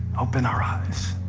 open our eyes.